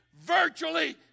virtually